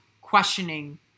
questioning